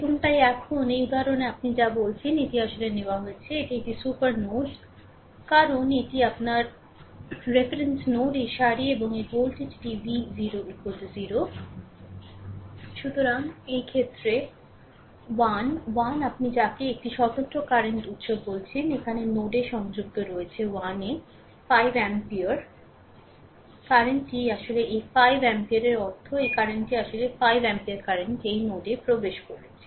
এবং তাই এখন এই উদাহরণ আপনি যা বলছেন এটি আসলে নেওয়া হয়েছে এটি একটি সুপার নোড কারণ এটি এটি আপনার রেফারেন্স নোড এই সারি এবং এর ভোল্টেজটি v 0 0 সুতরাং এই ক্ষেত্রে 1 1 আপনি যাকে একটি স্বতন্ত্র কারেন্ট উত্স বলছেন এখানে নোডে সংযুক্ত রয়েছে 1 এ 5 অ্যাম্পিয়ার কারেন্টটি আসলে এই 5 অ্যাম্পিয়ারের অর্থ এই কারেন্টটি আসলে 5 অ্যাম্পিয়ার কারেন্ট এই নোডে প্রবেশ করছে